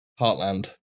Heartland